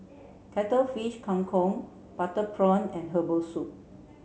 Cuttlefish Kang Kong butter prawn and herbal soup